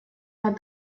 had